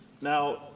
Now